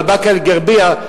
על באקה-אל-ע'רביה.